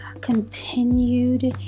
continued